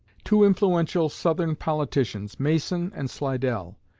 two influential southern politicians, mason and slidell,